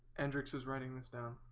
and ryx is writing this down